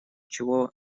чего